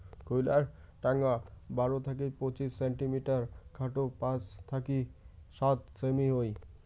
কইল্লার ঢাঙা বারো থাকি পঁচিশ সেন্টিমিটার ও খাটো পাঁচ থাকি সাত সেমি হই